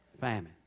famine